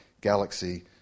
galaxy